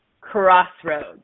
Crossroads